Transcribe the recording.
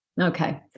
Okay